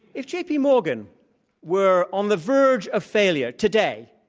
if jpmorgan were on the verge of failure today,